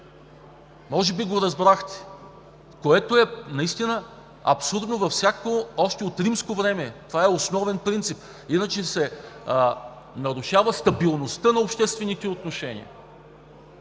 Може би го разбрахте, което е наистина абсурдно във всяко … Още от римско време това е основен принцип, а иначе се нарушава стабилността на обществените отношения.